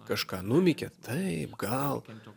kažką numykia taip gal